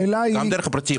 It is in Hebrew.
גם דרך פרטיים.